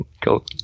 Cool